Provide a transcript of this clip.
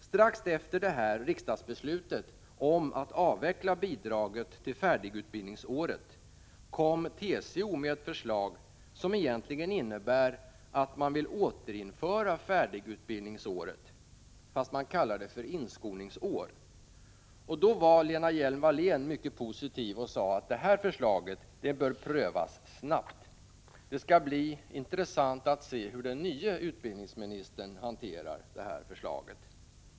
Strax efter riksdagsbeslutet om att avveckla bidraget till färdigutbildningsåret kom TCO med ett förslag, som egentligen innebär att färdigutbildningsåret skall återföras — fast det kallas inskolningsår. Lena Hjelm-Wallén var mycket positiv och sade att ”förslaget bör prövas snabbt”. Det skall bli intressant att se hur den nye utbildningsministern hanterar det här förslaget.